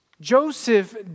Joseph